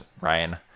ryan